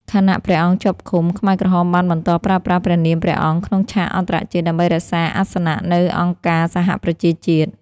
ខណៈព្រះអង្គជាប់ឃុំ ខ្មែរក្រហមបានបន្តប្រើប្រាស់ព្រះនាមព្រះអង្គក្នុងឆាកអន្តរជាតិដើម្បីរក្សាអាសនៈនៅអង្គការសហប្រជាជាតិ។